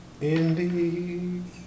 indeed